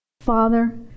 Father